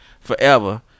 forever